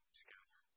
together